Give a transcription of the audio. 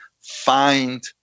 find